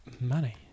Money